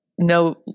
no